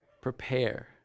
prepare